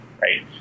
right